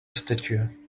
statue